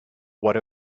what